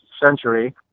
century